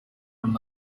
nka